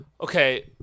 Okay